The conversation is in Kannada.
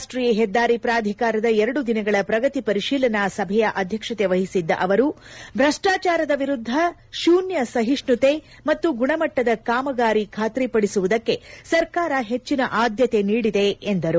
ರಾಷ್ಷೀಯ ಹೆದ್ದಾರಿ ಪ್ರಾಧಿಕಾರದ ಎರಡು ದಿನಗಳ ಪ್ರಗತಿ ಪರಿಶೀಲನಾ ಸಭೆಯ ಅಧ್ಯಕ್ಷತೆ ವಹಿಸಿದ್ದ ಅವರು ಭ್ರಷ್ಟಾಚಾರದ ವಿರುದ್ದ ಶೂನ್ದ ಸಹಿಷ್ಟುತೆ ಮತ್ತು ಗುಣಮಟ್ಟದ ಕಾಮಗಾರಿ ಖಾತ್ರಿಪಡಿಸುವುದಕ್ಕೆ ಸರ್ಕಾರ ಹೆಚ್ಚಿನ ಆದ್ದತೆ ನೀಡಿದೆ ಎಂದರು